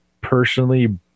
personally